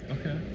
Okay